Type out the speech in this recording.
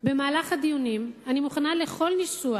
במהלך הדיונים אני מוכנה לכל ניסוח